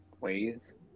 ways